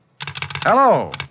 Hello